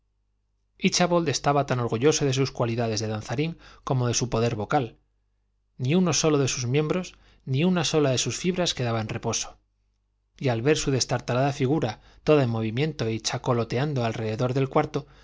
nueva copla íchabod estaba tan orgulloso de sus cualidades de danzarín como de su poder vocal ni uno solo de sus miembros ni una sola de sus fibras quedaba en reposo y al ver su destartalada figura toda en movimiento y chacoloteando alrededor del cuarto